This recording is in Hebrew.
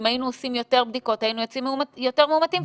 אם היינו עושים יותר בדיקות היינו יוצאים יותר מאומתים,